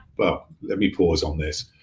but let me pause on this.